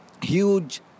huge